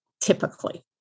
typically